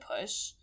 push